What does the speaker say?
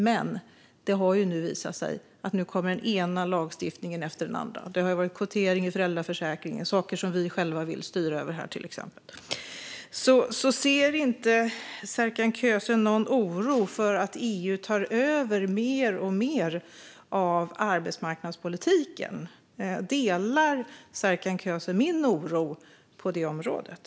Men nu har det visat sig att den ena lagstiftningen efter den andra läggs fram, till exempel kvotering i föräldraförsäkringen. Det handlar om frågor som vi själva vill styra över. Känner inte Serkan Köse någon oro för att EU tar över mer och mer av arbetsmarknadspolitiken? Delar Serkan Köse min oro på det området?